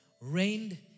reigned